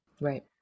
Right